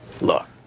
Look